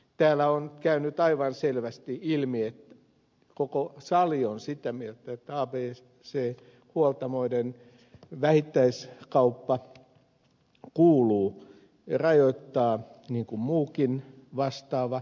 täällä on käynyt aivan selvästi ilmi että koko sali on sitä mieltä että abc huoltamoiden vähittäiskauppaa kuuluu rajoittaa niin kuin muitakin vastaavia